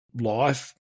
life